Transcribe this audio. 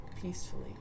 peacefully